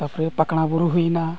ᱛᱟᱨᱯᱚᱨᱮ ᱯᱟᱠᱬᱟ ᱵᱩᱨᱩ ᱦᱩᱭᱮᱱᱟ